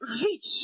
reach